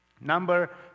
Number